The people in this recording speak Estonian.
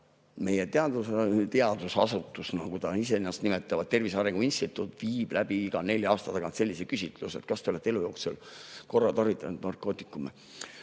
meie teadusasutus, nagu ta iseennast nimetab, Tervise Arengu Instituut, viib iga nelja aasta tagant läbi sellise küsitluse, et kas te olete elu jooksul korra tarvitanud narkootikume.